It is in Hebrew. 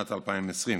לשנת 2020,